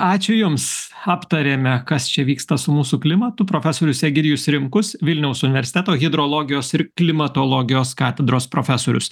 ačiū jums aptarėme kas čia vyksta su mūsų klimatu profesorius egidijus rimkus vilniaus universiteto hidrologijos ir klimatologijos katedros profesorius